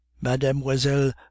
mademoiselle